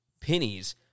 pennies